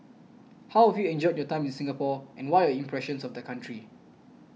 how have you enjoyed your time in Singapore and what are your impressions of the country